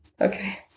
Okay